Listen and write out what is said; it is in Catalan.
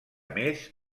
més